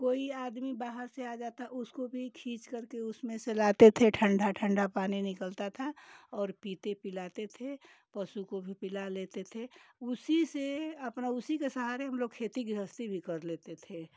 कोई आदमी बाहर से आ जाता है उसको भी खींच करके उसमें से लाते थे ठंडा ठंडा पानी निकलता था और पीते पिलाते थे और पशु को भी पिला लेते थे उसी से अपना उसी के सहारे हम लोग खेती गृहस्थी भी कर लेते थे